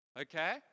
okay